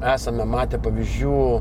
esame matę pavyzdžių